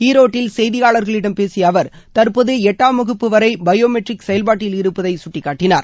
ஈரோட்டில் செய்தியாளர்களிடம் பேசிய அவர் தற்போது எட்டாம் வகுப்பு வரை பயோ மெட்ரிக் செயல்பாட்டில் இருப்பதை சுட்டிக்காட்டினார்